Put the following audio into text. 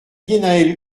guénhaël